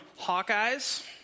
Hawkeyes